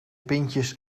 pintjes